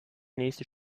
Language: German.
nächste